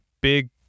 big